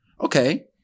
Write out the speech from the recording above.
okay